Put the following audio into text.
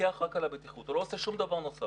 לפקח רק על הבטיחות, הוא לא עושה שום דבר נוסף.